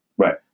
Right